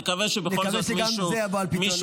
נקווה שגם זה יבוא על פתרונו.